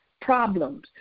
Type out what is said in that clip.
problems